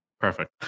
Perfect